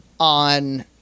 on